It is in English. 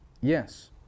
Yes